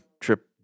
trip